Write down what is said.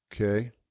Okay